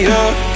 up